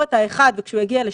כל הדברים האלה.